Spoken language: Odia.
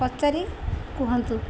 ପଚାରି କୁହନ୍ତୁ